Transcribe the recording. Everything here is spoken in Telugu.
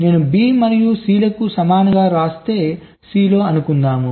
నేను B మరియు C లకు సమానంగా వ్రాస్తే C లో అనుకుందాం